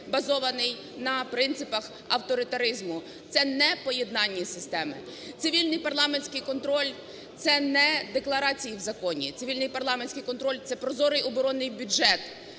базований на принципах авторитаризму, це непоєднані системи. Цивільний парламентський контроль – це не декларації в законі. Цивільний парламентський контроль – це прозорий оборонний бюджет,